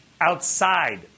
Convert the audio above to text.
outside